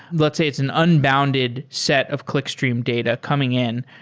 let's say it's an unbounded set of clickstream data coming in.